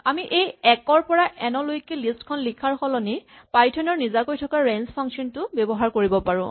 আমি এই এক ৰ পৰা এন লৈকে লিষ্ট খন লিখাৰ সলনি পাইথন ৰ নিজাকৈ থকা ৰেঞ্জ ফাংচন টো ব্যৱহাৰ কৰিব পাৰোঁ